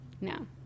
no